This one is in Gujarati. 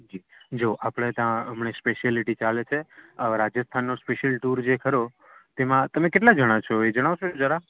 જી જો આપણે ત્યાં હમણાં સ્પેસલિટી ચાલે છે રાજસ્થાનનો સ્પેસિયલ ટુર જે ખરો તેમાં તમે કેટલા જણા છો એ જણાવશો જરા